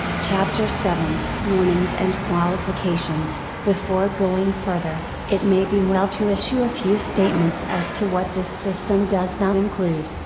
chapter seven warnings and qualifications before going further, it may be well to issue a few statements as to what this system does not include.